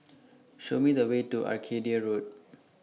Show Me The Way to Arcadia Road